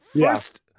First